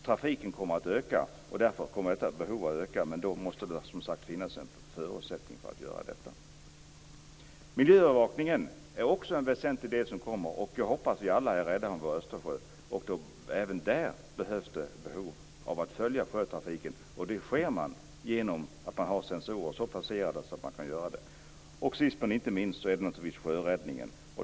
Trafiken kommer att öka, och därför kommer detta behov att öka. Men då måste det som sagt finnas en förutsättning för att göra det. Miljöövervakningen är också en väsentlig del som kommer nu. Jag hoppas att vi alla är rädda om vår östersjö. Även där finns det behov av att följa sjötrafiken, och det gör man genom att ha sensorer så placerade att man kan göra det. Sist men inte minst gäller det naturligtvis sjöräddningen.